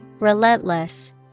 Relentless